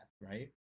right